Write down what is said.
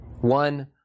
one